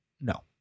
No